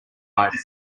ride